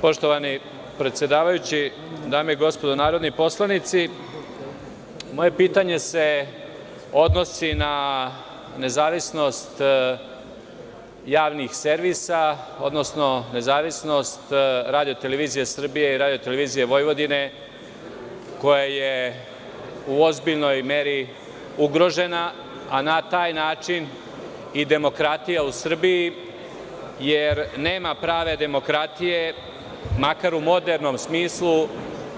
Poštovani predsedavajući, dame i gospodo narodni poslanici, moje pitanje se odnosi na nezavisnost javnih servisa, odnosno nezavisnost RTS i RTV, koja je u ozbiljnoj meri ugrožena, a na taj način i demokratija u Srbiji, jer nema prave demokratije, makar u modernom smislu,